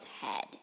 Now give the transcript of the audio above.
head